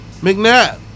McNabb